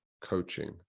coaching